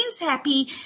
happy